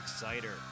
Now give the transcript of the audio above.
Exciter